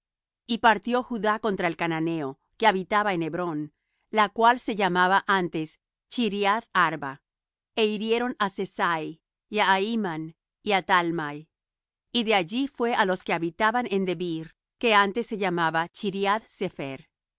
y partió judá contra el cananeo que habitaba en hebrón la cual se llamaba antes chriath arba é hirieron á sesai y á ahiman y á talmai y de allí fué á los que habitaban en debir que antes se llamaba chriath sepher y